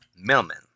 Millman